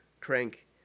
Crank